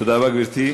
תודה רבה, גברתי.